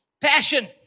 Passion